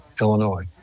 Illinois